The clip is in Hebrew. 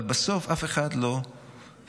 אבל בסוף אף אחד לא האיר